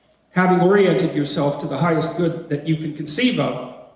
having oriented yourself to the highest good that you can conceive of